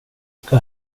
ska